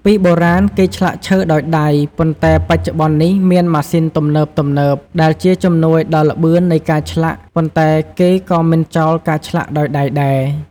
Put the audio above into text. ពីបុរាណគេឆ្លាក់ឈើដោយដៃ ប៉ុន្តែបច្ចុប្បន្ននេះមានម៉ាសុីនទំនើបៗដែលជាជំនួយដល់ល្បឿននៃការឆ្លាក់ ប៉ុន្តែគេក៏មិនចោលការឆ្លាក់ដោយដៃដែរ។